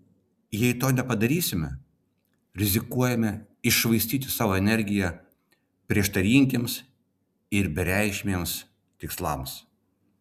jei to nepadarysime rizikuojame iššvaistyti savo energiją prieštaringiems ir bereikšmiams tikslams